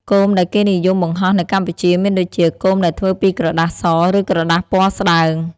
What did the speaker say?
គោមដែលគេនិយមបង្ហោះនៅកម្ពុជាមានដូចជា គោមដែលធ្វើពីក្រដាសស ឬក្រដាសពណ៌ស្តើង។